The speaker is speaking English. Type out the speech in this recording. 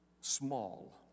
small